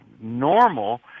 normal